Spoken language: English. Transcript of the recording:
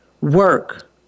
Work